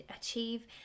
achieve